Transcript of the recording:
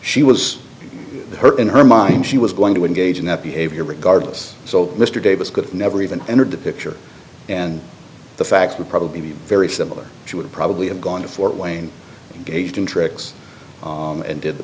she was hurt in her mind she was going to engage in that behavior regardless so mr davis could never even entered the picture and the facts would probably be very similar she would probably have gone to fort wayne engaged in tricks and did the